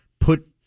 put